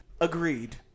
Agreed